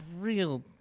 real